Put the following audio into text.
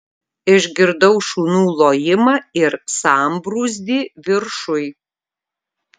išgirdau šunų lojimą ir sambrūzdį viršuj